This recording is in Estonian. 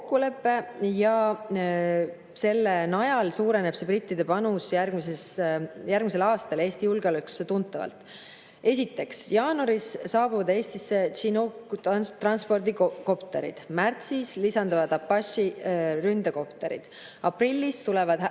ja selle alusel suureneb brittide panus järgmisel aastal Eesti julgeolekusse tuntavalt. Esiteks, jaanuaris saabuvad Eestisse Chinook-transpordikopterid, märtsis lisanduvad Apache-ründekopterid, aprillis tulevad